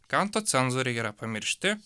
kanto cenzoriai yra pamiršti